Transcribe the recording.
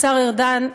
השר ארדן,